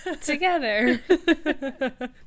together